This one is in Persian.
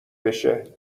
بشه